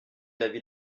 l’avis